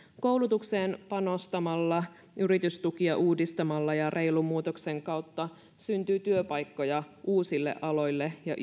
koulutukseen panostamalla yritystukia uudistamalla ja reilun muutoksen kautta syntyy työpaikkoja uusille aloille ja